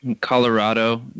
Colorado